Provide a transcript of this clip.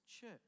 church